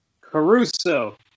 Caruso